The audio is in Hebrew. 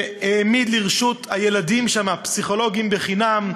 שהעמיד לרשות הילדים שם פסיכולוגים חינם,